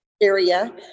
area